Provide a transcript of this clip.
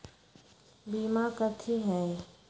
बीमा कथी है?